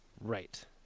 Right